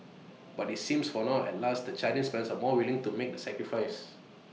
but IT seems for now at last that Chinese parents are more than willing to make the sacrifice